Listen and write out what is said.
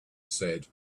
said